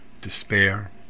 despair